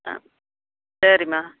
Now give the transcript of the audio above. ஆ சரிம்மா